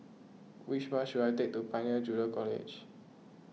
which bus should I take to Pioneer Junior College